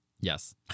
yes